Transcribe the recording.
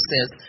says